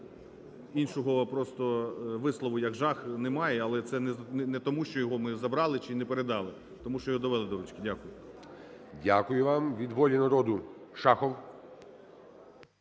іншого просто вислову, як жах, немає, але це не тому, що його ми забрали чи не передали, а тому що його довели "до ручки". Дякую. ГОЛОВУЮЧИЙ. Дякую вам. Від "Волі народу" Шахов.